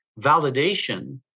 validation